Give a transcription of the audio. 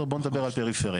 בואו נדבר על פריפריה.